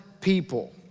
people